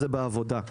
זה בעבודה.